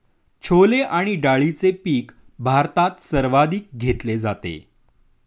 छोले आणि डाळीचे पीक भारतात सर्वाधिक घेतले जाते